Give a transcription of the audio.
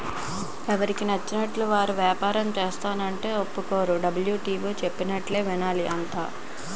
ఎవడికి నచ్చినట్లు వాడు ఏపారం సేస్తానంటే ఒప్పుకోర్రా డబ్ల్యు.టి.ఓ చెప్పినట్టే వినాలి అంతా